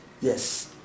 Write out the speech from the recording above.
Yes